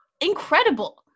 incredible